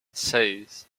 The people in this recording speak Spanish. seis